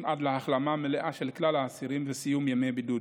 אסירים מגלבוע עד להחלמה מלאה של כלל האסירים וסיום ימי בידוד.